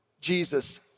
Jesus